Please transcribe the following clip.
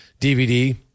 DVD